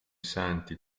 santi